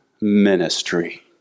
ministry